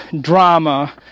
drama